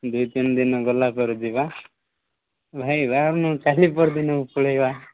ଦୁଇ ତିନିଦିନ ଗଲାପରେ ଯିବା ଭାଇ ବାହାରୁନୁ କାଲି ପହରଦିନକୁ ପଳେଇବା